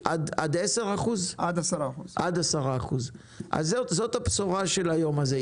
עד 10%. אז זאת הבשורה של היום הזה.